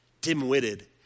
dim-witted